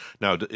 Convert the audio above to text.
Now